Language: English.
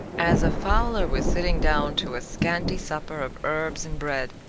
as a fowler was sitting down to a scanty supper of herbs and bread,